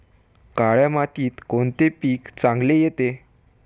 काळ्या मातीत कोणते पीक चांगले येते?